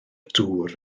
dŵr